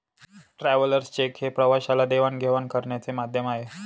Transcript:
travellers cheque हे प्रवाशाला देवाणघेवाण करण्याचे माध्यम आहे